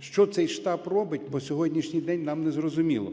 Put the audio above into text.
Що цей штаб робить, по сьогоднішній день нам незрозуміло.